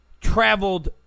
traveled